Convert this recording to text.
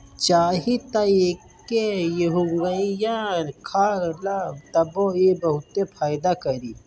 चाही त एके एहुंगईया खा ल तबो इ बहुते फायदा करी